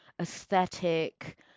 aesthetic